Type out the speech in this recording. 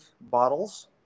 bottles